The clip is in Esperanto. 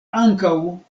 ankaŭ